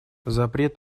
запрет